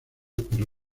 pero